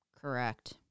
correct